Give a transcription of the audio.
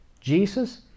Jesus